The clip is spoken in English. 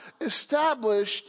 established